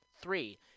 Three